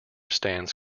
stands